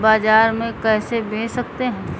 बाजार में कैसे बेच सकते हैं?